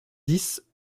dix